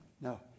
no